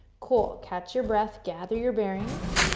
cool. catch your breath, gather your bearings.